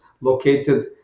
located